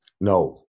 No